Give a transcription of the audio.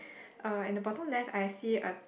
uh in the bottom left I see a